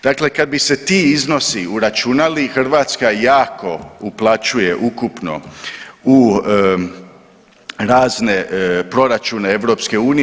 Dakle, kad bi se ti iznosi uračunali Hrvatska jako uplaćuje ukupno u razne proračune EU.